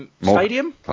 Stadium